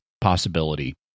possibility